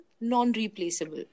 non-replaceable